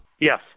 yes